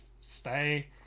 stay